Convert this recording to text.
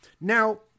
Now